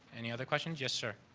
any other question? yes, sir?